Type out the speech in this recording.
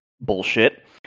bullshit